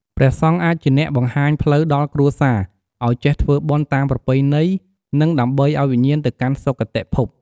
ព្រះសង្ឃអាចជាអ្នកបង្ហាញផ្លូវដល់គ្រួសារ អោយចេះធ្វើបុណ្យតាមប្រពៃណីនិងដើម្បីឲ្យវិញ្ញាណទៅកាន់សុគតិភព។